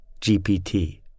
GPT